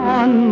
on